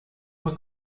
fue